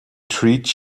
treat